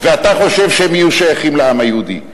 ואתה חושב שהם יהיו שייכים לעם היהודי?